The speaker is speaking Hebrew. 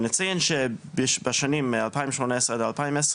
נציין שיש בשנים 2018-2020,